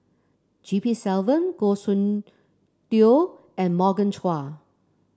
G P Selvam Goh Soon Tioe and Morgan Chua